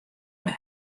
mei